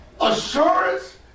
assurance